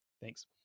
Thanks